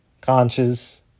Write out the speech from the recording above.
conscious